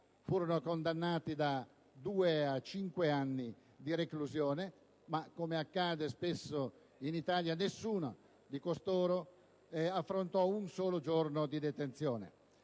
furono condannate da due a cinque anni di reclusione, ma, come accade spesso in Italia, nessuna di loro affrontò un solo giorno di detenzione.